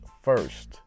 first